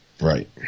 Right